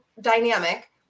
dynamic